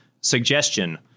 suggestion